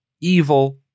evil